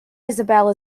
isabelle